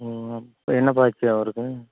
ம் இப்போ என்னப்பா ஆச்சு அவருக்கு